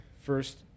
First